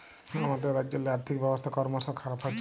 আমাদের রাজ্যেল্লে আথ্থিক ব্যবস্থা করমশ খারাপ হছে